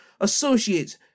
associates